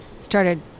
started